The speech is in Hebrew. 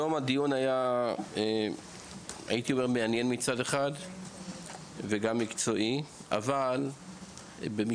הדיון היה מעניין ומקצועי אבל אני